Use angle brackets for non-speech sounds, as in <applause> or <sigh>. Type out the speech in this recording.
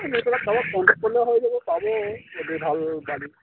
<unintelligible> ভাল